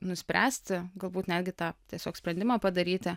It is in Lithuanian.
nuspręsti galbūt netgi tą tiesiog sprendimą padaryti